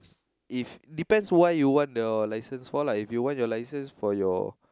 if depends why you want your licence for lah if you want your licence for your